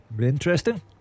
interesting